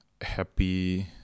happy